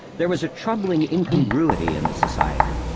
there was a troubling incongruity in the society.